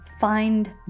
find